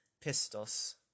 pistos